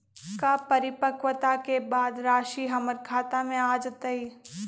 का परिपक्वता के बाद राशि हमर खाता में आ जतई?